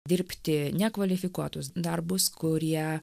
dirbti nekvalifikuotus darbus kurie